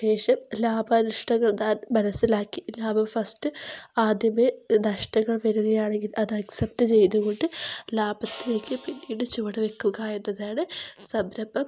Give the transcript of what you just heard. ശേഷം ലാഭ നഷ്ടങ്ങളെന്താണെന്ന് മനസ്സിലാക്കി ലാഭം ഫസ്റ്റ് ആദ്യമെ നഷ്ടങ്ങൾ വരികയാണെങ്കിൽ അത് അക്സെപ്റ്റ് ചെയ്തുകൊണ്ട് ലാഭത്തിലേക്ക് പിന്നീട് ചുവട് വയ്ക്കുക എന്നാതാണ് സംരംഭം